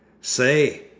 Say